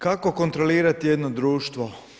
Kako kontrolirati jedno društvo?